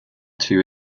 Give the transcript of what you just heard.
two